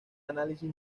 análisis